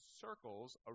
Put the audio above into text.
circles